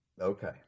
Okay